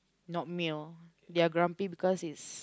not male they're grumpy because it's